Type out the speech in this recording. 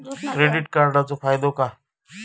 Credit कार्डाचो फायदो काय?